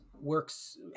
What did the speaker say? works